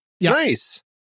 Nice